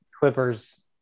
Clippers